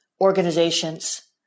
organizations